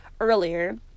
earlier